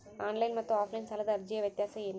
Online ಮತ್ತು offline ಸಾಲದ ಅರ್ಜಿಯ ವ್ಯತ್ಯಾಸ ಏನು?